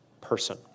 person